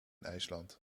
ijsland